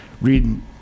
read